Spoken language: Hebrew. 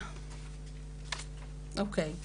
אוקיי.